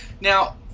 Now